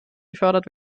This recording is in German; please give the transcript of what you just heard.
gefördert